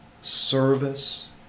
service